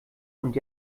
und